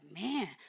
man